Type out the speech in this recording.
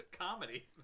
comedy